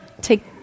take